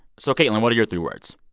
so, caitlin, what are your three words?